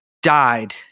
died